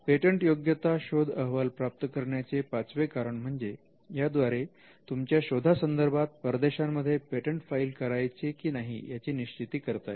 पेटंटयोग्यता शोध अहवाल प्राप्त करण्याचे पाचवे कारण म्हणजे याद्वारे तुमच्या शोधासंदर्भात परदेशांमध्ये पेटंट फाईल करायचे की नाही याची निश्चिती करता येते